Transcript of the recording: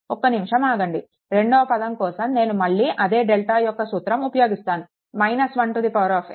ఒక్క నిమిషం ఆగండి రెండవ పదం కోసం నేను మళ్ళీ అదే డెల్టా యొక్క సూత్రం ఉపయోగిస్తాను n1 an1 మరియు Mn1